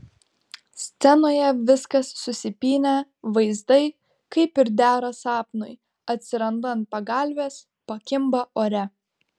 scenoje viskas susipynę vaizdai kaip ir dera sapnui atsiranda ant pagalvės pakimba ore